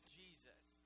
jesus